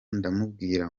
ndamubwira